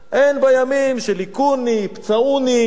הן בימים של "הכוּני פצעוני",